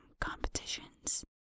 competitions